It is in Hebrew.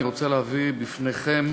אני רוצה להביא בפניכם